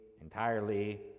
entirely